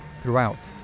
throughout